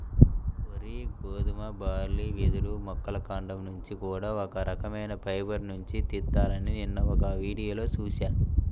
వరి, గోధుమ, బార్లీ, వెదురు మొక్కల కాండం నుంచి కూడా ఒక రకవైన ఫైబర్ నుంచి తీత్తారని నిన్న ఒక వీడియోలో చూశా